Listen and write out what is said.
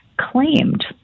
claimed